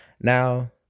now